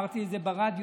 אמרתי את זה ברדיו,